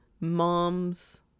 mom's